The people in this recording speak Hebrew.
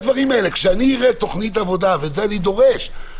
כשאני אראה תוכנית עבודה ואת זה אני דורש,